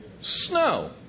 Snow